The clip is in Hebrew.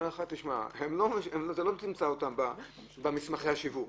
אומר לך שלא תמצא אותם במסמכי השיווק,